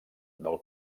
del